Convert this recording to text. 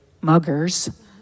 muggers